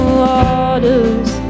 waters